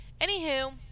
Anywho